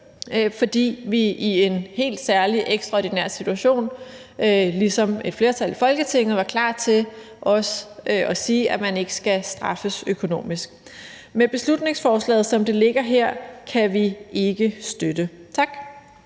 fordi vi i en helt særlig ekstraordinær situation ligesom et flertal i Folketinget var klar til også at sige, at man ikke skal straffes økonomisk. Men beslutningsforslaget, som det ligger her, kan vi ikke støtte. Tak.